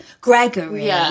Gregory